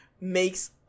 makes